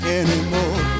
anymore